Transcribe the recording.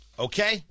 Okay